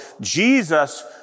Jesus